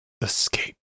escape